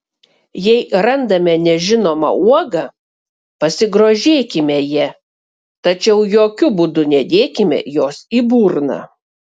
jei randame nežinomą uogą pasigrožėkime ja tačiau jokiu būdu nedėkime jos į burną